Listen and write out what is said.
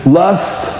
lust